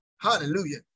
hallelujah